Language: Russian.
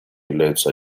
являются